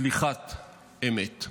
סליחת אמת.